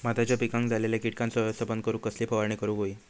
भाताच्या पिकांक झालेल्या किटकांचा व्यवस्थापन करूक कसली फवारणी करूक होई?